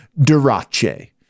Durace